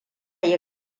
yi